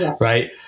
right